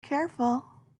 careful